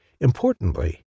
Importantly